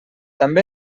també